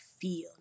feel